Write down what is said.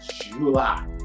July